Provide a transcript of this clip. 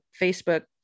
Facebook